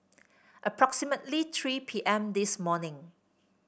approximately three P M this morning